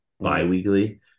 bi-weekly